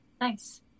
Nice